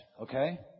Okay